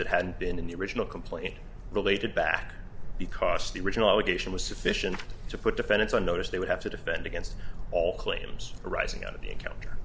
that had been in the original complaint related back because the original allegation was sufficient to put defendants on notice they would have to defend against all claims arising out of the encounter